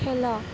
খেলা